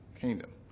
kingdom